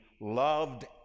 loved